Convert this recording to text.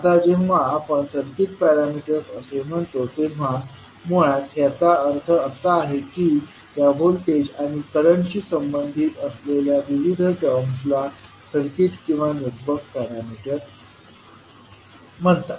आता जेव्हा आपण सर्किट पॅरामीटर्स असे म्हणतो तेव्हा मुळात ह्याचा अर्थ असा आहे की या व्होल्टेज आणि करंटशी संबंधित असलेल्या विविध टर्म्ज़ला सर्किट किंवा नेटवर्क पॅरामीटर्स म्हणतात